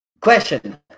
Question